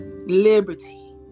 liberty